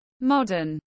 Modern